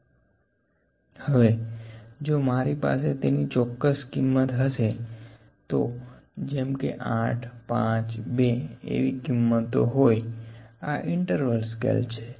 હવે જો મારી પાસે તેની ચોકકસ કિંમત હશે તોજેમ કે 852 એવી કિંમતો હોયઆં ઇન્ટરવલ સ્કેલ છે